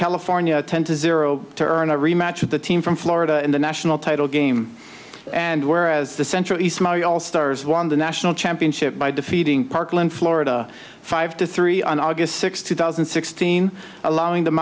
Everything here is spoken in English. california ten to zero to earn a rematch with the team from florida in the national title game and whereas the central east my all stars won the national championship by defeating parklane florida five to three on august sixth two thousand and sixteen allowing the